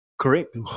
Correct